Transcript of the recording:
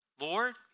Lord